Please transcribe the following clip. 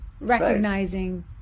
recognizing